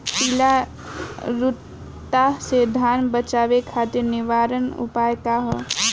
पीला रतुआ से धान बचावे खातिर निवारक उपाय का ह?